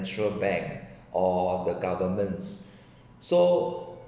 ~tral bank or the government's so